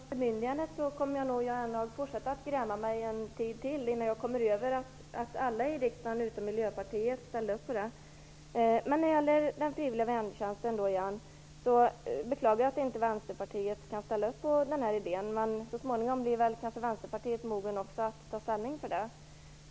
Fru talman! När det gäller debatten om bemyndigandet kommer jag nog, Jan Jennehag, att fortsätta gräma mig en tid till innan jag kommer över att alla i riksdagen utom Miljöpartiet ställde upp på det. Jag beklagar att inte Vänsterpartiet kan ställa upp på den här idén om den frivilliga värntjänsten, men så småningom blir kanske också Vänsterpartiet moget att ta ställning för den.